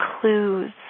clues